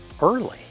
early